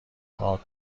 پاک